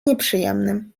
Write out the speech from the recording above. nieprzyjemnym